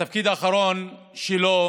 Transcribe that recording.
התפקיד האחרון שלו הוא